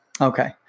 Okay